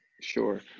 sure